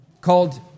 called